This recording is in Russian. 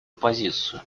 позицию